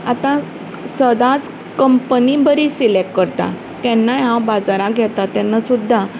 आतां सदांच कंपनी बरी सिलेक्ट करतां केन्नाय हांव बाजारांत घेता तेन्ना सुद्दां